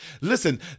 Listen